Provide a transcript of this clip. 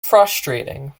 frustrating